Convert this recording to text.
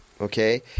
okay